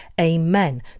amen